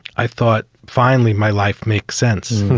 i thought, finally, my life makes sense.